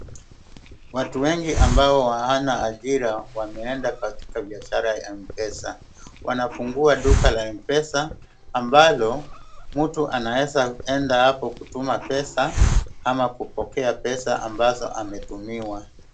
Watu wengi ambao hawana ajira wameenda katika biashara ya Mpesa. wanafungua duka la mpesa ambalo mtu anaeza enda hapo kutuma pesa ama kupokea pesa ambazo ametumiwa.